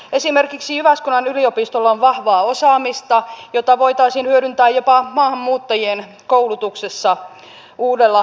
esimerkiksi jyväskylän yliopistolla on vahvaa osaamista jota voitaisiin hyödyntää jopa maahanmuuttajien koulutuksessa uudella tavalla